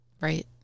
right